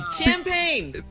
Champagne